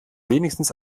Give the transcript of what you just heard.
wenigstens